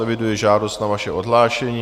Eviduji žádost na vaše odhlášení.